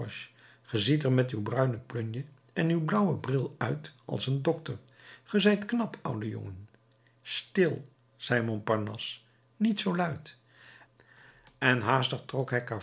ge ziet er met uw bruine plunje en uw blauwen bril uit als een dokter ge zijt knap oude jongen stil zei montparnasse niet zoo luid en haastig